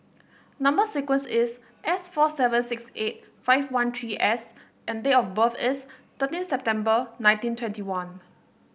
number sequence is S four seven six eight five one three S and date of birth is thirteen September nineteen twenty one